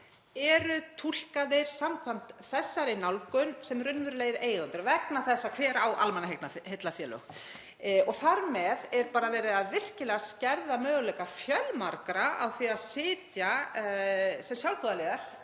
eru túlkaðir samkvæmt þessari nálgun sem raunverulegir eigendur vegna þess hver á almannaheillafélög. Þar með er virkilega verið að skerða möguleika fjölmargra á því að sitja sem sjálfboðaliðar